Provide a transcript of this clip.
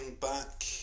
back